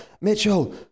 Mitchell